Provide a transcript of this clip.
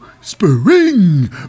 spring